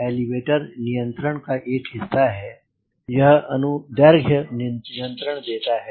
elevator नियंत्रण का एक हिस्सा है यह अनुदैर्ध्य नियंत्रण देता है